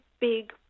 big